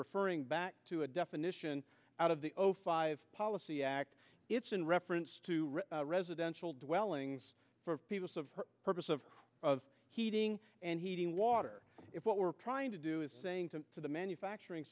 referring back to a definition out of the zero five policy act it's in reference to residential dwellings for people of purpose of of heating and heating water if what we're trying to do is saying to the manufacturing